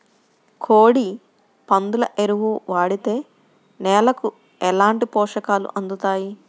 కోడి, పందుల ఎరువు వాడితే నేలకు ఎలాంటి పోషకాలు అందుతాయి